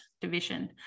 Division